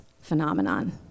phenomenon